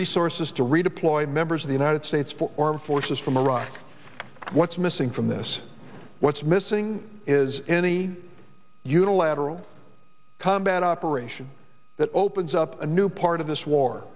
resources to redeploy members of the united states for armed forces from iraq what's missing from this what's missing is any unilateral combat operation that opens up a new part of this war